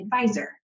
advisor